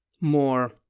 more